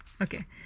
okay